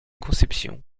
conception